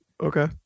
Okay